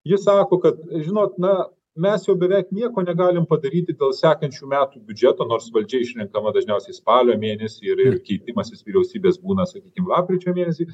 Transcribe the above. ji sako kad žinot na mes jau beveik nieko negalim padaryti dėl sekančių metų biudžeto nors valdžia išrenkama dažniausiai spalio mėnesį ir ir keitimasis vyriausybės būna sakykim lapkričio mėnesį